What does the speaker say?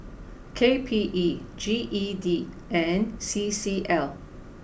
k P E G E D and C C L